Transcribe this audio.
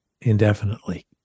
indefinitely